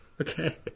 Okay